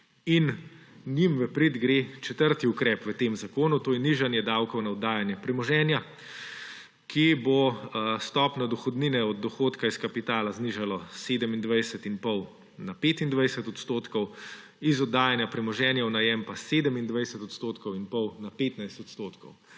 Njim v prid gre četrti ukrep v tem zakonu. To je nižanje davkov na oddajanje premoženja, ki bo stopnjo dohodnino od dohodka iz kapitala znižalo s 27 in pol na 25 odstotkov, iz oddajanja premoženja v najem pa s 27 odstotkov